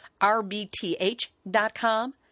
RBTH.com